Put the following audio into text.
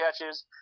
catches